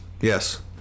Yes